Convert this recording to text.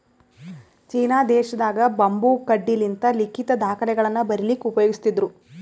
China ದೇಶದಾಗ್ bamboo ಕಡ್ಡಿಲಿಂತ್ ಲಿಖಿತ್ ದಾಖಲೆಗಳನ್ನ ಬರಿಲಿಕ್ಕ್ ಉಪಯೋಗಸ್ತಿದ್ರು